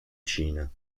cina